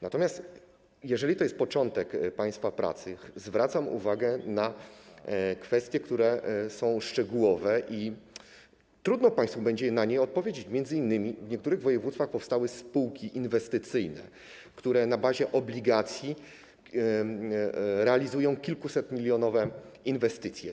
Natomiast jeżeli to jest początek państwa pracy, to zwracam uwagę na kwestie, które są szczegółowe i trudno państwu będzie na nie odpowiedzieć, m.in. w niektórych województwach powstały spółki inwestycyjne, które na bazie obligacji realizują kilkusetmilionowe inwestycje.